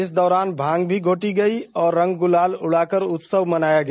इस दौरान भांग भी घोंटी गयी और रंग गुलाल उड़ाकर उत्सव मनाया गया